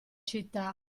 città